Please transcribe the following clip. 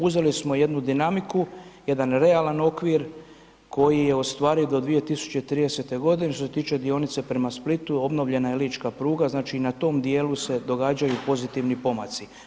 Uzeli smo jednu dinamiku, jedan realan okvir koji je ostvariv do 2030. g. Što se tiče dionice prema Splitu, obnovljena je lička pruga, znači i na tom dijelu se događaju pozitivni pomaci.